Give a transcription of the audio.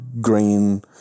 green